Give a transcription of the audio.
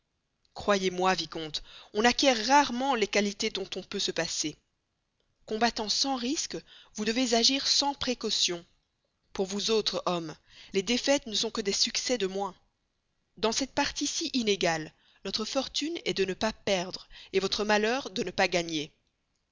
croyez-moi vicomte on acquiert rarement les qualités dont on peut se passer combattant sans risque vous devez agir sans précaution en effet pour vous autres hommes les défaites ne sont que des succès de moins dans cette partie si inégale notre fortune est de ne pas perdre votre malheur de ne pas gagner